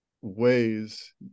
ways